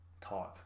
type